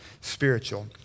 spiritual